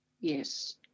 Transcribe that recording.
yes